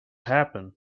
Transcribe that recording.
happen